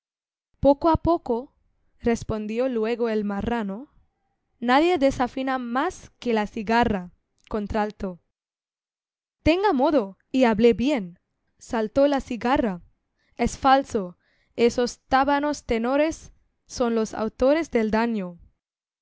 poco a poco respondió luego el marrano nadie desafina más que la cigarra contralto tenga modo y hable bien saltó la cigarra es falso esos tábanos tenores son los autores del daño